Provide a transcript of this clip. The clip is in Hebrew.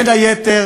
בין היתר,